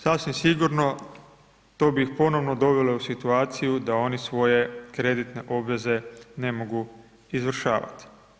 Sasvim sigurno to bi ih ponovno dovelo u situaciju, da oni svoje kreditne obveze ne mogu i završavati.